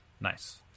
Nice